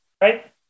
Right